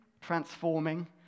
transforming